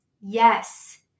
Yes